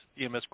EMS